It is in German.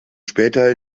später